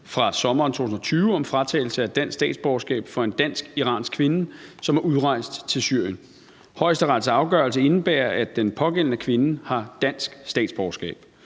fra sommeren 2020 om fratagelse af dansk statsborgerskab fra en dansk-iransk kvinde, som er udrejst til Syrien. Højesterets afgørelse indebærer, at den pågældende kvinde igen har dansk statsborgerskab.